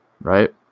right